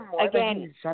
again